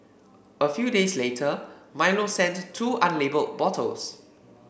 a few days later Milo sent two unlabelled bottles